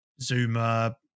Zuma